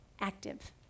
active